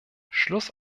schluss